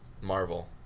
Marvel